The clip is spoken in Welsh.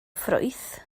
ffrwyth